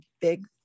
big